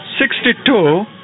Sixty-two